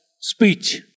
Speech